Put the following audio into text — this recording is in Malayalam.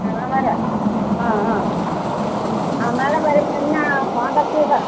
ആ വരാം ആ ആ ആ മാഡം വരുമ്പോൾ എന്നെ കോൺടാക്ട് ചെയ്താൽ